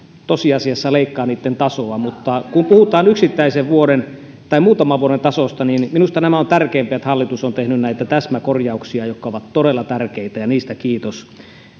tosiasiassa leikkaa niitten tasoa mutta kun puhutaan yksittäisen vuoden tai muutaman vuoden tasosta niin minusta on tärkeämpää että hallitus on tehnyt näitä täsmäkorjauksia jotka ovat todella tärkeitä ja niistä kiitos